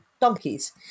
donkeys